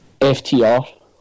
FTR